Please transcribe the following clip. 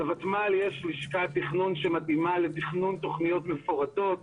לותמ"ל יש לשכת תכנון שמתאימה לתכנון תוכניות מפורטות.